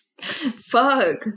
Fuck